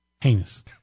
Heinous